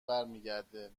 برمیگرده